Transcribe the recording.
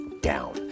down